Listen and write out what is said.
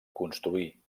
construir